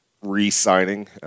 re-signing